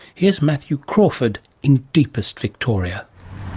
here's matthew crawford in deepest victoria.